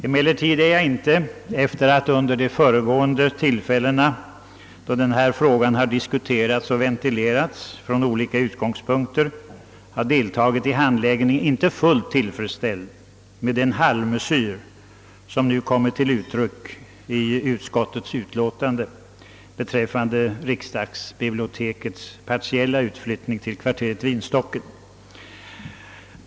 Emellertid är jag efter att ha deltagit i handläggningen vid de föregående tillfällen, då denna fråga har diskuterats från olika utgångspunkter, inte fullt tillfredsställd med den halvmesyr som föreslagits i utskottets utlåtande beträffande riksdagsbibliotekets partiella utflyttning till kvarteret Vinstocken.